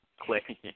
Click